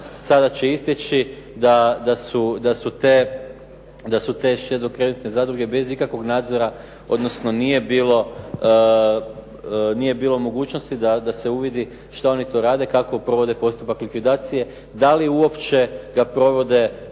sada će istječi da su te štedno-kreditne zadruge bez ikakvog nadzora, odnosno nije bilo mogućnosti da se uvidi što oni tu rade, kako provode postupak likvidacije. Da li uopće ga provode